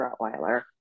Rottweiler